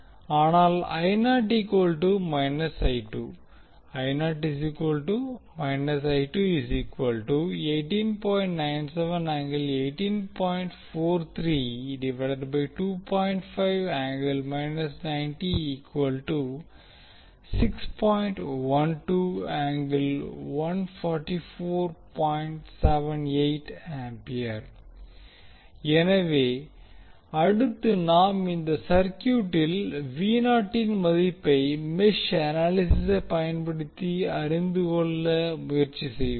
ஆனால் எனவே அடுத்து நாம் இந்த சர்க்யூட்டில் இன் மதிப்பை மெஷ் அனாலிசிஸை பயன்படுத்தி அறிந்துகொள்ள முயற்சி செய்வோம்